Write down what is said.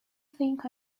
think